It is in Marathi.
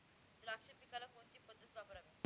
द्राक्ष पिकाला कोणती पद्धत वापरावी?